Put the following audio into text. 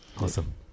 Awesome